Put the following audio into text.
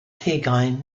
hugain